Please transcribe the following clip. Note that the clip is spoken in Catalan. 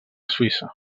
suïssa